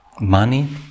money